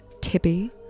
Tippy